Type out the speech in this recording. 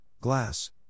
glass